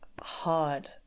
hard